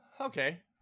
okay